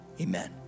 amen